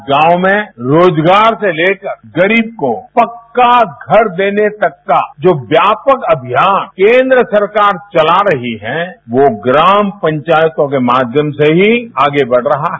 आज गांव में रोजगार से लेकर गरीब को पक्का घर देने का जो व्यापक अभियान केन्द्र सरकार चला रही है वो ग्राम पंचायतों के माध्यम से ही आगे बढ़ रहा है